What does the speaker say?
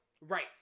Right